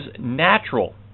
natural